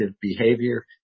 behavior